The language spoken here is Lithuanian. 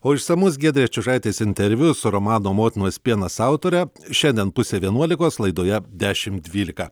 o išsamus giedrė čiužaitės interviu su romano motinos pienas autore šiandien pusė vienuolikos laidoje dešimt dvylika